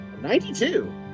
92